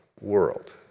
world